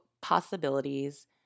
possibilities